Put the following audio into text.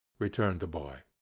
returned the boy.